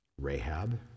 Rahab